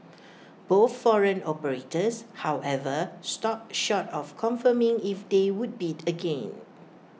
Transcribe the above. both foreign operators however stopped short of confirming if they would bid again